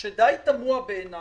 שדי תמוה בעיני